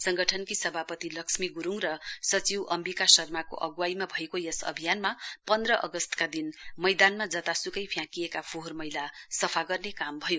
संगठनकी सभापति लक्ष्मी गुरूङ र सचिव अम्विका शर्माको अग्वाइमा भएको यस अभियानमा पन्ध अगस्तका दिन मैदनामा जतास्कै फ्याँकिएका फोहोर मैला सफा गर्ने काम भयो